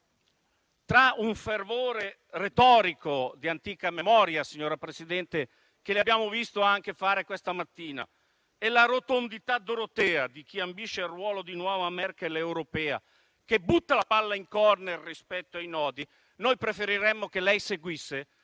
tra un fervore retorico di antica memoria, signora Presidente, che le abbiamo visto fare anche questa mattina, e la rotondità dorotea di chi ambisce al ruolo di nuova Merkel europea che butta la palla in *corner* rispetto ai nodi, noi preferiremmo che lei seguisse